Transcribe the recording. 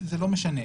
זה לא משנה.